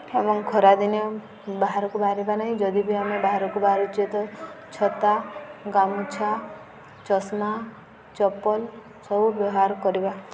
ଏବଂ ଖରାଦିନେ ବାହାରକୁ ବାହାରିବା ନାହିଁ ଯଦି ବି ଆମେ ବାହାରକୁ ବାହାରୁଛେ ତ ଛତା ଗାମୁଛା ଚଷମା ଚପଲ ସବୁ ବ୍ୟବହାର କରିବା